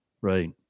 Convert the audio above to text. Right